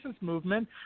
movement